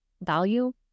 value